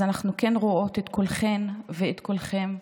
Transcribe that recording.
אז אנחנו כן רואות את כולכן ואת כולכם,